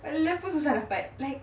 err love pun susah dapat like